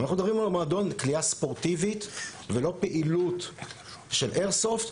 אנחנו מדברים על מועדון קליעה ספורטיבית ולא פעילות של איירסופט.